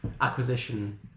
acquisition